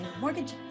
Mortgage